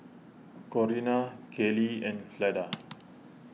Corina Kayleigh and Fleda